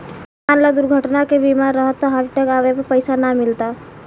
मान ल दुर्घटना के बीमा रहल त हार्ट अटैक आवे पर पइसा ना मिलता